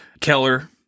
Keller